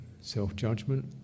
self-judgment